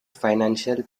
financial